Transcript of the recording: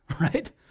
right